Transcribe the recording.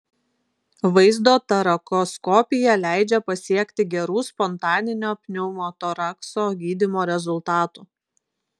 vaizdo torakoskopija leidžia pasiekti gerų spontaninio pneumotorakso gydymo rezultatų